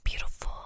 beautiful